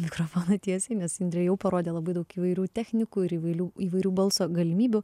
mikrofoną tiesiai nes indrė jau parodė labai daug įvairių technikų ir įvairių įvairių balso galimybių